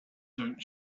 don’t